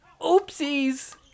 Oopsies